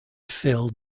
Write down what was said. fill